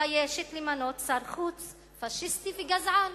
מתביישת למנות שר חוץ פאשיסטי וגזען.